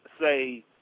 say